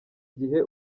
gihe